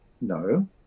no